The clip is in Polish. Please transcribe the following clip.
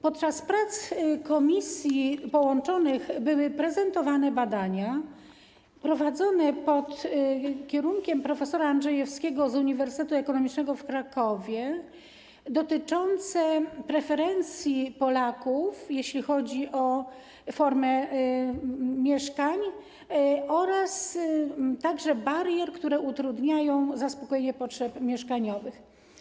Podczas prac połączonych komisji były prezentowane badania prowadzone pod kierunkiem prof. Andrzejewskiego z Uniwersytetu Ekonomicznego w Krakowie, dotyczące preferencji Polaków, jeśli chodzi o formę mieszkania, a także o bariery, które utrudniają zaspokojenie potrzeb mieszkaniowych.